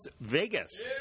Vegas